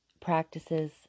practices